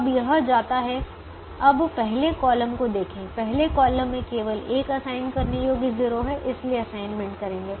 अब यह जाता है अब पहले कॉलम को देखें पहले कॉलम में केवल एक असाइन करने योग्य 0 है इसलिए असाइनमेंट करेंगे